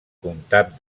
comtat